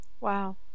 Wow